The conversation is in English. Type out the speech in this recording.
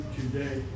today